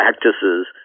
practices